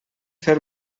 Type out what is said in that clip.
fer